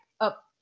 up